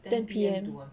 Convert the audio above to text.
ten P_M